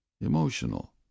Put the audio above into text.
emotional